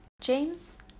James